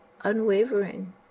unwavering